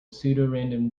pseudorandom